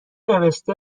نوشته